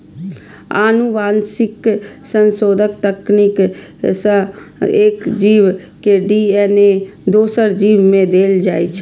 आनुवंशिक संशोधन तकनीक सं एक जीव के डी.एन.ए दोसर जीव मे देल जाइ छै